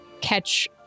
catch